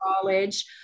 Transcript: college